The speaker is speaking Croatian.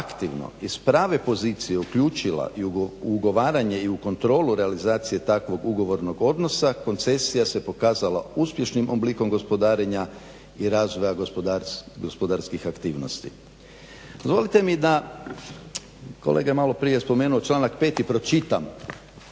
i s prave pozicije uključila i ugovaranje i u kontrolu realizacije takvog ugovornog odnosa koncesija se pokazala uspješnim oblikom gospodarenja i razvoja gospodarskih aktivnosti. Dozvolite mi da, kolega je maloprije spomenuo članak 5. i pročitam